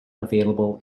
available